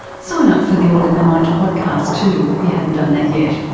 sign up for the all in the mind podcast too if you haven't done that yet.